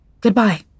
Goodbye